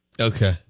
okay